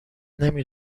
نمی